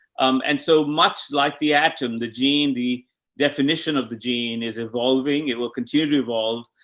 um, and so much like the atom, the gene, the definition of the gene is evolving. it will continue to evolve,